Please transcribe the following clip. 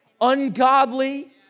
ungodly